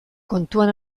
kontuan